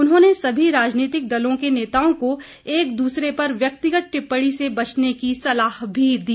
उन्होंने सभी राजनीतिक दलों के नेताओं को एक दूसरे पर व्यक्तिगत टिप्पणी से बचने की सलाह भी दी